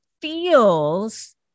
feels